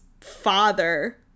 father